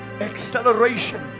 acceleration